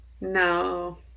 No